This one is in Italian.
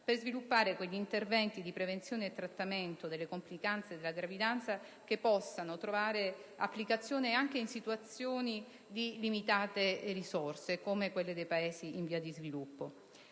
per sviluppare quegli interventi di prevenzione e trattamento delle complicanze della gravidanza che possano trovare applicazione anche in contesti in cui le risorse siano limitate, come quelli dei Paesi in via di sviluppo.